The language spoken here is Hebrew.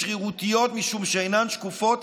שהן שרירותיות משום שאינן שקופות,